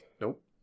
Nope